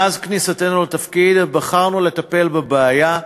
מאז כניסתנו לתפקיד בחרנו לטפל בבעיה,